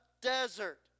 desert